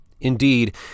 Indeed